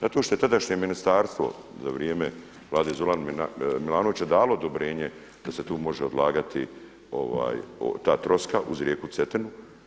Zato što je tadašnje ministarstvo za vrijeme Vlade Zorana Milanovića dalo odobrenje da se tu može odlagati ta troska uz rijeku Cetinu.